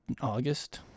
August